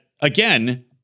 again